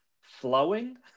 flowing